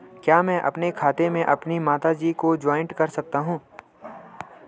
क्या मैं अपने खाते में अपनी माता जी को जॉइंट कर सकता हूँ?